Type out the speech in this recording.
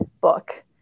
book